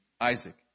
Isaac